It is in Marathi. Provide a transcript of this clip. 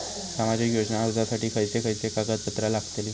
सामाजिक योजना अर्जासाठी खयचे खयचे कागदपत्रा लागतली?